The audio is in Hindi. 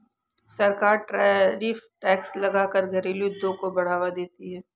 सरकार टैरिफ टैक्स लगा कर घरेलु उद्योग को बढ़ावा देती है